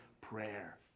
prayer